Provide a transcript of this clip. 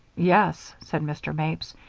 yes, said mr. mapes,